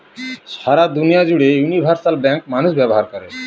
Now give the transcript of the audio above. সারা দুনিয়া জুড়ে universal bank মানুষ ব্যবহার করে